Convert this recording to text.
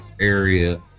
area